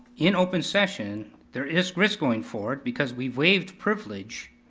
in open session, there is risk going forward, because we've waived privilege.